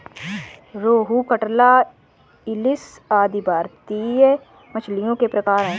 रोहू, कटला, इलिस आदि भारतीय मछलियों के प्रकार है